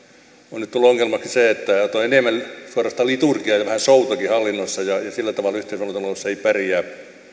on nyt tullut ongelmaksi se että on enemmän suorastaan liturgiaa ja vähän showtakin hallinnossa ja sillä tavalla yhteisvaluutan oloissa ei pärjää